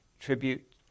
tribute